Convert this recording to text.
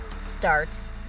starts